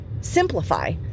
Simplify